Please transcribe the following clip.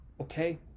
okay